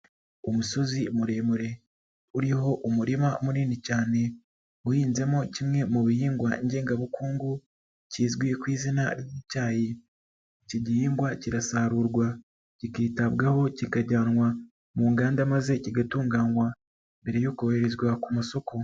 Umusozi muremure uriho umurima munini cyane, uhinzemo kimwe mu bihingwa ngengabukungu kizwi ku izina ry'icyayi, iki gihingwa kirasarurwa kikitabwaho kikajyanwa mu nganda maze kigatunganywa mbere yo koherezwa ku masoko.